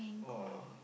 or